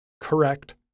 correct